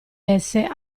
esse